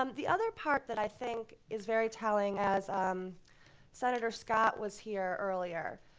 um the other part that i think is very telling, as um senator scott was here earlier,